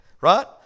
Right